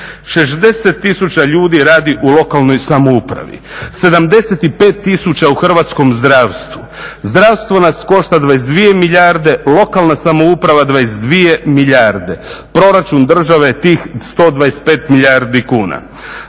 tisuća ljudi radi u lokalnoj samoupravi, 75 tisuća u hrvatskom zdravstvu. Zdravstvo nas košta 22 milijarde, lokalna samouprava 22 milijarde, proračun države tih 125 milijardi kuna.